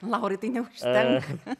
laurai tai neužtenka